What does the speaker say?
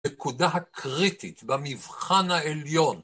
נקודה הקריטית במבחן העליון.